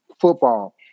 Football